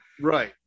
Right